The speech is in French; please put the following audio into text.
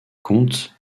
compte